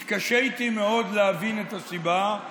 התקשיתי מאוד להבין את הסיבה,